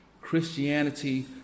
Christianity